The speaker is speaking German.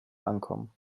ankommen